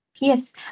Yes